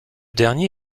dernier